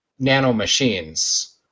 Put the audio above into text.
nanomachines